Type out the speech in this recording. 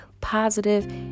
positive